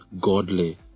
godly